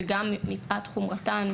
שמפאת חומרתן